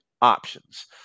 options